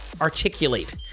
articulate